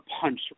punch